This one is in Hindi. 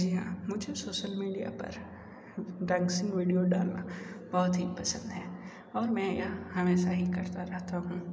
जी हाँ मुझे सोशल मीडिया पर डांसिंग वीडियो डालना बहुत ही पसंद है और मैं यह हमेशा ही करता रहता हूँ